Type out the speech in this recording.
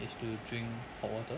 is to drink hot water